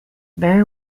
very